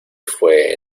fue